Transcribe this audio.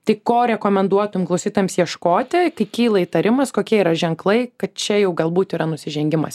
tai ko rekomenduotum klausytojams ieškoti kai kyla įtarimas kokie yra ženklai kad čia jau galbūt yra nusižengimas